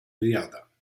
wyjada